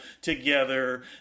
together